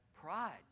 pride